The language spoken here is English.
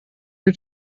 you